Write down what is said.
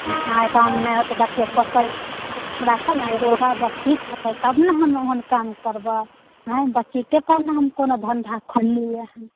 नहि कम नहि होतै देखिऔ सेतै हमरा तब ने बचित हेतै तब ने हम ओहन काम करबै अँए बचितेपर ने हम कोनो धन्धा खोललिए हँ